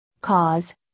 cause